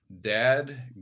dad